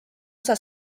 osa